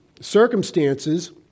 circumstances